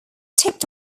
tipped